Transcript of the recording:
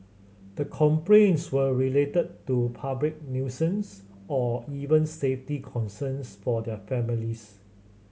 the complaints were related to public nuisance or even safety concerns for their families